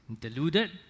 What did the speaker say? deluded